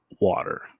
water